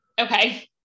Okay